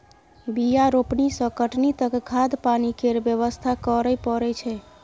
बीया रोपनी सँ कटनी तक खाद पानि केर बेवस्था करय परय छै